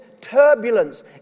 turbulence